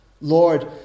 Lord